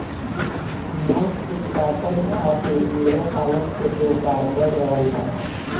मांस उत्पादन खातिर मुर्गा पालन के व्यापार बढ़ रहल बा